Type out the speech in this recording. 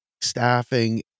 staffing